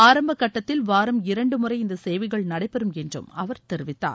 ஆரம்பக் கட்டத்தில் வாரம் இரண்டு முறை இந்த சேவைகள் நடைபெறும் என்றும் அவர் தெரிவித்தார்